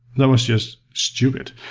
that was just stupid.